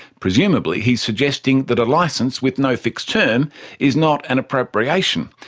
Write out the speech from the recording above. presumably he is suggesting that a licence with no fixed term is not an appropriation,